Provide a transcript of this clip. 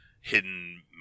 hidden